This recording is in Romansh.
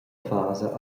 fasa